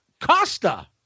Costa